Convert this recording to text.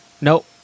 Nope